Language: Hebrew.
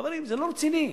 חברים, זה לא רציני.